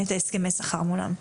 את הסכמי השכר מולם.